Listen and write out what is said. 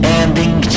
ending